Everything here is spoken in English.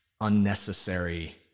unnecessary